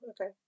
Okay